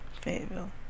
Fayetteville